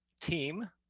team